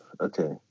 okay